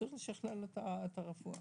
צריך לשכלל את הרפואה.